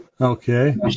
Okay